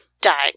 died